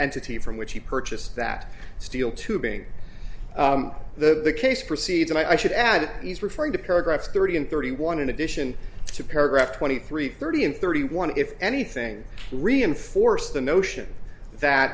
entity from which he purchased that steel tubing the case proceeds and i should add he's referring to paragraphs thirty and thirty one in addition to paragraph twenty three thirty and thirty one if anything reinforce the notion that